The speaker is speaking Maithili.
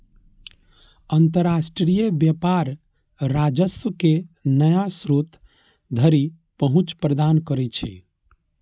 अंतरराष्ट्रीय व्यापार राजस्व के नया स्रोत धरि पहुंच प्रदान करै छै